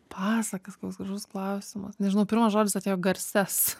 pasakas koks gražus klausimas nežinau pirmas žodis atėjo garsias